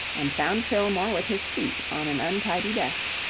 and found fillmore with his feet on an untidy desk,